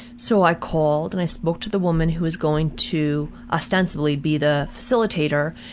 so i called, and i spoke to the woman who was going to, ostensibly, be the facilitator,